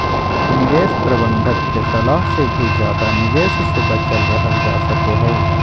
निवेश प्रबंधक के सलाह से भी ज्यादा निवेश से बचल रहल जा सको हय